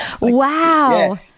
Wow